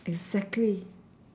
exactly